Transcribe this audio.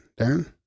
Darren